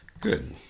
Good